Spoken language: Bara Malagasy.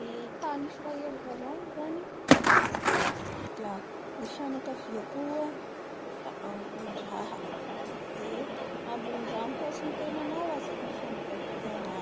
I tany Israely zao agny zany la ny fianakavia koa da ambonindraha, e ambonindraha mihoatsy ny tenananaoa zaky ny fianakavia ngangy.